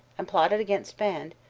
and plotted against fand,